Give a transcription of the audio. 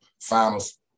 finals